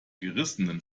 gerissenen